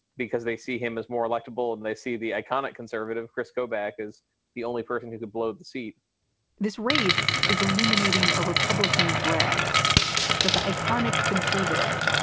because they see him as more electable and they see the iconic conservative kris kobach is the only person who could blow the seat this race is illuminating a republican dread that the iconic conservative,